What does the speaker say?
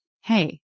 hey